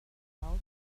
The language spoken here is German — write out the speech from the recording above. laut